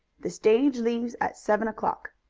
the stage leaves at seven o'clock.